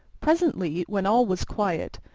presently, when all was quiet,